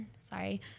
sorry